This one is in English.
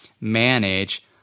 manage